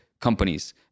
companies